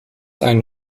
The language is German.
einen